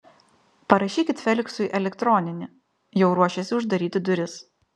parašykit feliksui elektroninį jau ruošėsi uždaryti duris